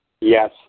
Yes